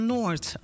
Noord